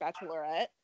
bachelorette